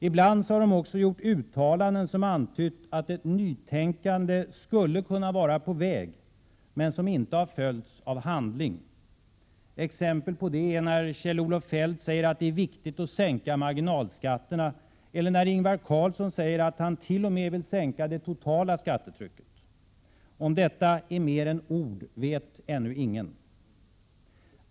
Ibland har man också gjort uttalanden som antytt att ett nytänkande skulle kunna vara på väg, men uttalandena har inte följts av handling. Exempel på det är när Kjell-Olof Feldt säger att det är viktigt att sänka marginalskatterna, eller när Ingvar Carlsson säger att han t.o.m. vill sänka det totala skattetrycket. Om detta är mer än ord vet ännu ingen.